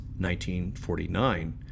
1949